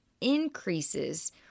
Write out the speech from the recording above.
increases